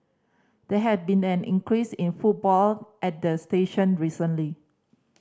there has been an increase in footfall at the station recently